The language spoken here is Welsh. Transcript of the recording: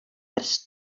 ers